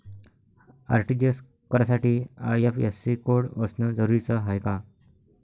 RTGS करासाठी IFSC code असनं जरुरीच हाय का?